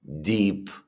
deep